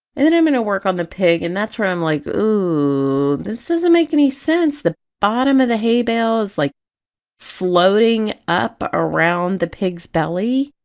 and then i'm going to work on the pig. and that's where i'm like ooh this doesn't make any sense the bottom of the hay bale is like floating up around the pigs belly!